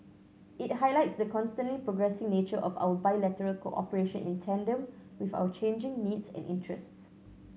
it highlights the constantly progressing nature of our bilateral cooperation in tandem with our changing needs and interests